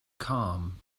calm